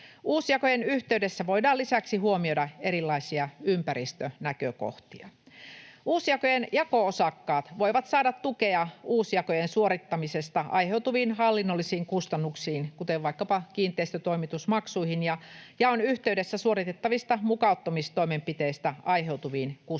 Uusjakojen yhteydessä voidaan lisäksi huomioida erilaisia ympäristönäkökohtia. Uusjakojen jako-osakkaat voivat saada tukea uusjakojen suorittamisesta aiheutuviin hallinnollisiin kustannuksiin, kuten vaikkapa kiinteistötoimitusmaksuihin ja jaon yhteydessä suoritettavista mukauttamistoimenpiteistä aiheutuviin kustannuksiin.